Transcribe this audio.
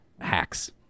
hacks